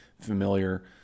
familiar